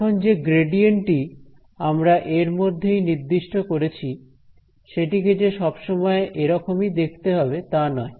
এখন যে গ্রেডিয়েন্ট টি আমরা এর মধ্যেই নির্দিষ্ট করেছি সেটিকে যে সব সময় এরকমই দেখতে হবে তা নয়